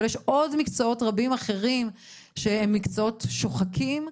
אבל יש עוד מקצועות רבים אחרים שהם מקצועות שוחקים.